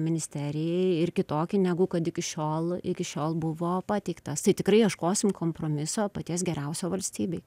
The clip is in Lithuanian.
ministerijai ir kitokį negu kad iki šiol iki šiol buvo pateiktas tai tikrai ieškosim kompromiso paties geriausio valstybei